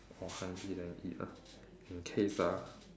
oh hungry then eat ah in case ah